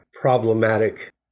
problematic